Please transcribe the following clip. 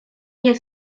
nie